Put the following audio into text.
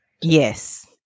Yes